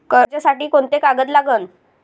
कर्जसाठी कोंते कागद लागन?